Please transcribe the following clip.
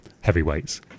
heavyweights